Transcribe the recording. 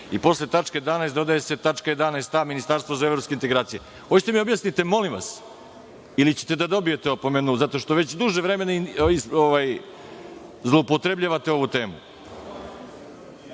i posle tačke 11) dodaje se tačka 11) stav – Ministarstvo za evropske integracije. Hoćete da mi objasnite molim vas ili ćete da dobijete opomenu zato što već duže vremena zloupotrebljavate ovu temu.